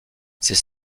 ces